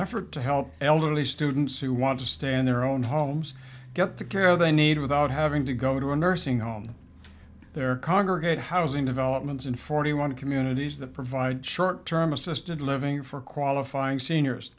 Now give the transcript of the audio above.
effort to help elderly students who want to stay in their own homes get the care they need without having to go to a nursing home there congregate housing developments in forty one communities that provide short term assisted living for qualifying seniors